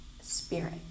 spirit